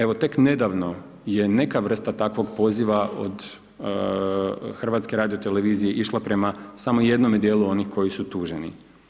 Evo, tek nedavno je neka vrsta takvog poziva od HRT-a išla prema samo jednome dijelu onih koji su tuženi.